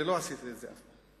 ולא עשינו את זה אף פעם.